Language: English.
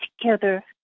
together